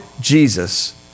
Jesus